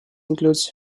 includes